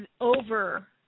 over